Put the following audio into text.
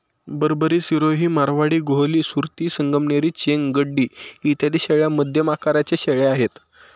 बरबरी, सिरोही, मारवाडी, गोहली, सुरती, संगमनेरी, चेंग, गड्डी इत्यादी शेळ्या मध्यम आकाराच्या शेळ्या आहेत